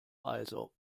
also